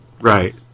Right